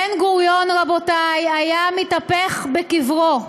בן-גוריון, רבותי, היה מתהפך בקברו.